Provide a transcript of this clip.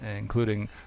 including